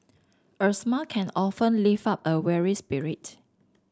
a smile can often lift up a weary spirit